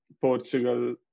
Portugal